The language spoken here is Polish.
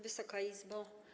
Wysoka Izbo!